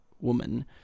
woman